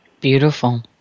Beautiful